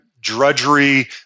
drudgery